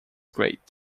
great